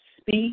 speak